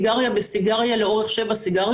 בוא נגיד שזה כבר לא שימוש מזדמן,